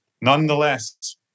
nonetheless